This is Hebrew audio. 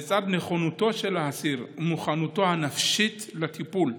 לצד נכונותו של האסיר ומוכנותו הנפשית לטיפול.